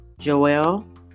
Joelle